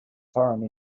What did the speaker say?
foreign